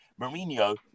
Mourinho